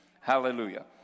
Hallelujah